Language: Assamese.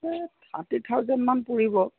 থাৰ্টি থাউজেণ্ডমান পৰিব